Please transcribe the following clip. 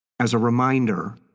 as a reminder,